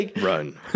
run